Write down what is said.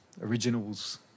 originals